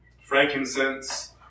frankincense